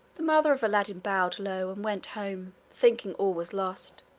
the mother of aladdin bowed low and went home, thinking all was lost.